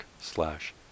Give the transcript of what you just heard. slash